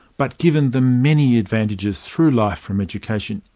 but given the many advantages through life from education,